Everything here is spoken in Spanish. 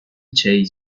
chase